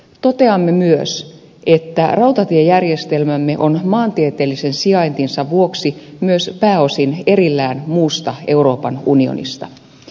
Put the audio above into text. toteamme myös että rautatiejärjestelmämme on maantieteellisen sijaintinsa vuoksi myös pääosin erillään muusta euroopan unionista